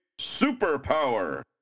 superpower